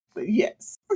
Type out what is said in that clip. yes